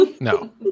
No